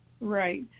Right